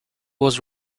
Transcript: was